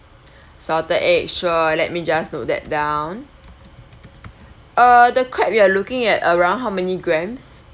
salted egg sure let me just note that down uh the crab you are looking at around how many grams